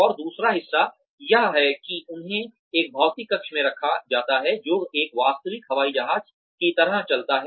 और दूसरा हिस्सा यह है कि उन्हें एक भौतिक कक्ष में रखा जाता है जो एक वास्तविक हवाई जहाज की तरह चलता है